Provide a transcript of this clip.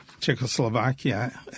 Czechoslovakia